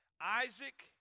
Isaac